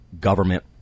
government